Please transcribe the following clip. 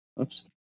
Oops